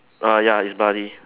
err ya it's bloody